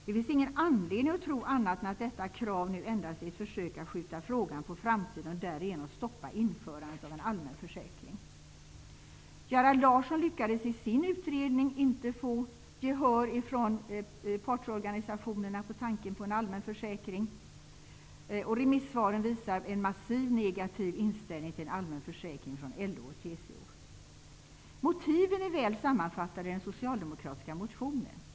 Det finns ingen anledning att tro annat än att detta krav nu endast är ett försök att skjuta frågan på framtiden och därigenom stoppa införandet av en allmän försäkring. Gerhard Larsson lyckades i sin utredning inte få gehör från partsorganisationerna för tanken på en allmän försäkring. Remissvaren visar en massivt negativ inställning från LO och TCO till en allmän försäkring. Motiven är väl sammanfattade i den socialdemokratiska motionen.